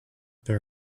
there